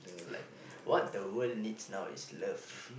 like what the world needs now is love